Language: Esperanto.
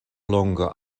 longa